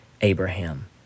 Abraham